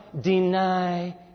deny